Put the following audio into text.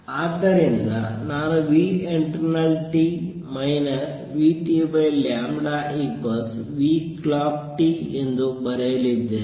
ಆದ್ದರಿಂದ ನಾನು internalt vt clockt ಎಂದು ಬರೆಯಲಿದ್ದೇನೆ